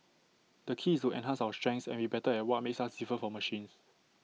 the key is to enhance our strengths and be better at what makes us different from machines